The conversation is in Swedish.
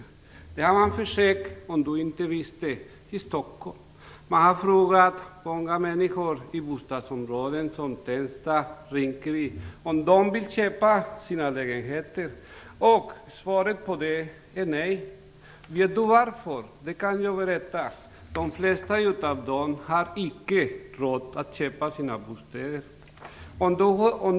Om det är obekant kan jag säga att man har försökt göra det i Stockholm. Många människor i bostadsområden som Tensta och Rinkeby har fått frågan om de vill köpa sina lägenheter. Men svaret har blivit nej. Vet Knut Billing varför? Jo, de flesta av de här personerna har icke råd att köpa sin bostad.